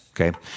okay